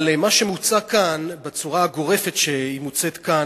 אבל מה שמוצע כאן בצורה הגורפת שהיא מוצעת כאן